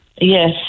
Yes